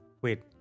Wait